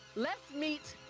let's meet.